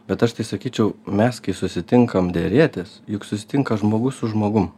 bet aš tai sakyčiau mes kai susitinkam derėtis juk susitinka žmogus su žmogum